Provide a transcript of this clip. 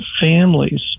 families